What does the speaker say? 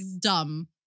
dumb